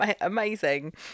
amazing